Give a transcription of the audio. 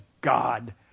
God